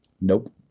Nope